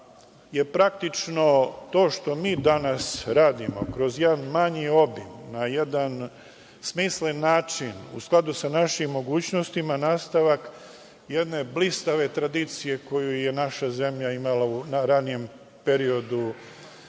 je praktično to što mi danas radimo, kroz jedan manji obim, na jedan smislen način, u skladu sa našim mogućnostima nastavak jedne blistave tradicije koju je naša zemlja imala u ranijem periodu,